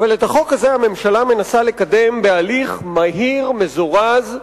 שהממשלה מנסה לקדם בהליך מהיר, מזורז.